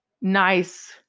nice